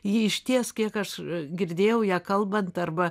ji išties kiek aš girdėjau ją kalbant arba